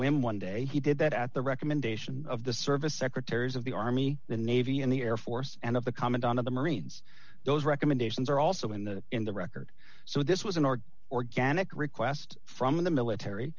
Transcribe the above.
whim one day he did that at the recommendation of the service secretaries of the army the navy and the air force and of the commandant of the marines those recommendations are also in the in the record so this was an order organic request from the military